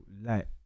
light